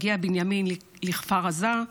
הגיע בנימין לכפר עזה.